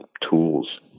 tools